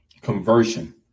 conversion